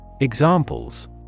Examples